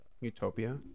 Utopia